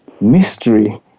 mystery